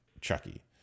chucky